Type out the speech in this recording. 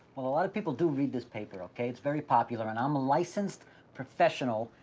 well a lot of people do read this paper, okay. it's very popular and i'm a licensed professional,